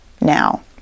now